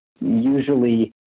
usually